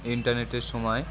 ইন্টারনেটের সময়